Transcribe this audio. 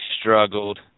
struggled